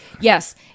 Yes